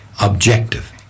objective